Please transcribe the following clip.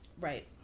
Right